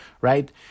Right